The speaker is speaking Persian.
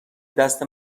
دست